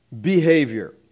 behavior